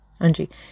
Anji